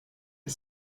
you